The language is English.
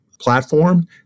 platform